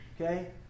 Okay